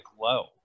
low